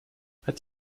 hat